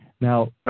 Now